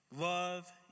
Love